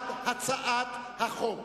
בעד הצעת החוק